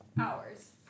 hours